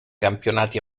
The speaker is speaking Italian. campionati